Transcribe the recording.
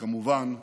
וכמובן בביטחון.